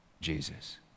Jesus